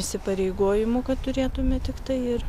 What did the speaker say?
įsipareigojimų kad turėtume tiktai ir